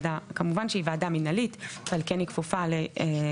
כמובן שהיא ועדה מנהלית ועל כן היא כפופה לעקרונות